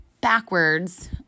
backwards